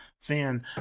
fan